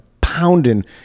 pounding